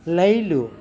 laila